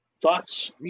Thoughts